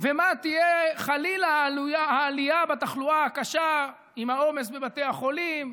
ומה תהיה חלילה העלייה בתחלואה הקשה עם העומס בבתי החולים,